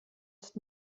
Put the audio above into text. ist